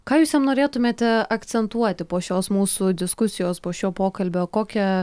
ką jūs jam norėtumėte akcentuoti po šios mūsų diskusijos po šio pokalbio kokią